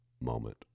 moment